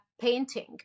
painting